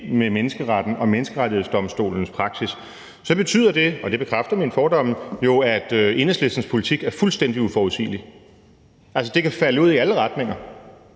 med menneskeretten og Menneskerettighedsdomstolens praksis, betyder det jo – og det bekræfter mine fordomme – at Enhedslistens politik er fuldstændig uforudselig, og at det kan falde ud i alle retninger.